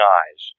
eyes